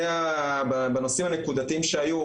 בנושאים הנקודתיים שהיו,